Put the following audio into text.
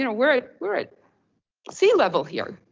and we're we're at sea level here,